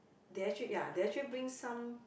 they actually ya they actually bring some